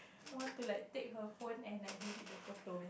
want to like take her phone and like delete the photo man